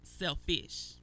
selfish